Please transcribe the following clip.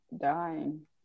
dying